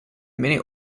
minute